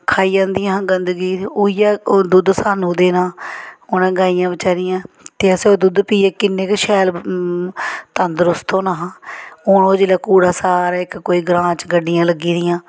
खाई जंदियां हियां गंदगी उयै दुद्ध सानूं देना उ'नें गाइयें बेचारियां ते असें ओह् दुद्ध पियै किन्ने गै शैल तंदरुस्त होना हा हून ओह् जेल्लै कूड़ा सारे इक कोई ग्रांऽ च गड्डियां लग्गी दियां